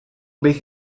bych